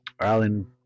Alan